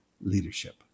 leadership